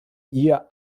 ihr